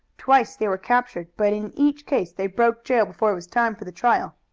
twice they were captured, but in each case they broke jail before it was time for the trial.